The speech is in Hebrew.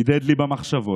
הדהד לי במחשבות: